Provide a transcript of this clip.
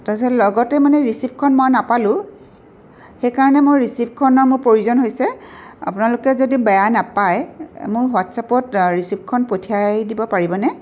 তাৰপিছত লগতে মানে ৰিচিপখন মই নাপালোঁ সেইকাৰণে মই ৰিচিপখনৰ মোৰ প্ৰয়োজন হৈছে আপোনালোকে যদি বেয়া নাপাই মোৰ হোৱাটচ আপত ৰিচিপখন পঠিয়াই দিব পাৰিবনে